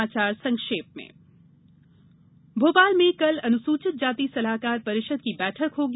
कुछ समाचार संक्षेप में भोपाल में कल अनुसूचित जाति सलाहकार परिषद की बैठक होगी